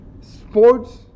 sports